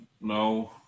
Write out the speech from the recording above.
No